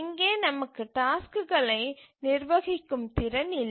இங்கே நமக்கு டாஸ்க்குகளை நிர்வகிக்கும் திறன் இல்லை